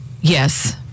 yes